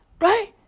right